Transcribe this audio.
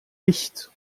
nicht